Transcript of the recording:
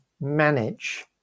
manage